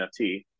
NFT